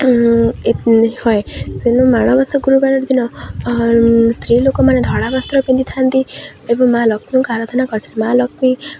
ହୁଏ ତେଣୁ ମାଣବସା ଗୁରୁବାର ଦିନ ସ୍ତ୍ରୀ ଲୋକମାନେ ଧଳା ବସ୍ତ୍ର ପିନ୍ଧିଥାନ୍ତି ଏବଂ ମାଁ ଲକ୍ଷ୍ମୀଙ୍କୁ ଆରାଧନା କରିଥାନ୍ତି ମାଁ ଲକ୍ଷ୍ମୀ